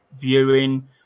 viewing